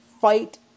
fight